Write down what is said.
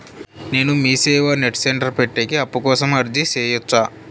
నేను Meeseva net centre పెట్టేకి అప్పు కోసం అర్జీ సేయొచ్చా?